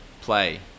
play